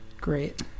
Great